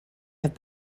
have